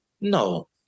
No